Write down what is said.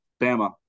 Bama